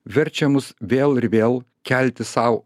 verčia mus vėl ir vėl kelti sau